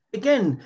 again